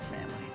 family